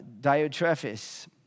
Diotrephes